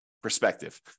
Perspective